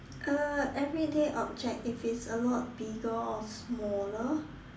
uh everyday object if it's a lot bigger or smaller